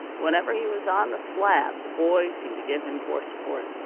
whenever he was on the slab the boys seemed to give him poor support.